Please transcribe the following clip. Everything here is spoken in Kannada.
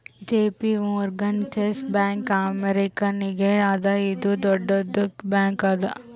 ಜೆ.ಪಿ ಮೋರ್ಗನ್ ಚೆಸ್ ಬ್ಯಾಂಕ್ ಅಮೇರಿಕಾನಾಗ್ ಅದಾ ಇದು ದೊಡ್ಡುದ್ ಬ್ಯಾಂಕ್ ಅದಾ